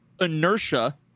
inertia